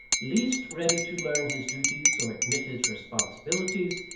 least ready to learn his duties or admit his responsibilities,